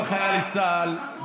כל חייל צה"ל,